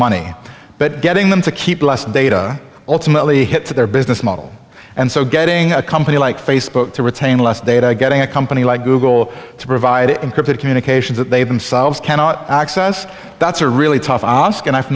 money but getting them to keep less data ultimately hit to their business model and so getting a company like facebook to retain less data getting a company like google to provide encrypted communications that they themselves cannot access that's a really tough ask and i've